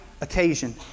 occasion